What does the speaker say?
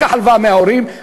לקח הלוואה מההורים,